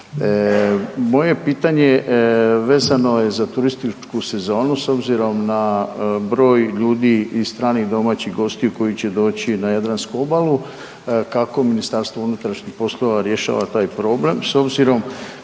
Moje pitanje vezano je za turističku sezonu s obzirom na broj ljudi i stranih i domaćih gostiju koji će doći na jadransku obalu, kako Ministarstvo unutarnjih poslova rješava taj problem s obzirom